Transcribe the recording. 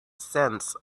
sense